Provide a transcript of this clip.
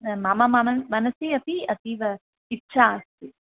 मम मम मनसि अपि अतीव इच्छा अस्ति